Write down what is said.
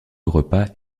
repas